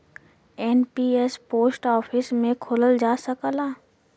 NPS post office में खोलल जा सकला